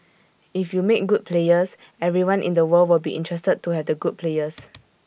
if you make good players everyone in the world will be interested to have the good players